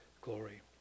glory